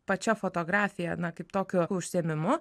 pačia fotografija na kaip tokiu užsiėmimu